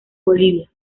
bolivia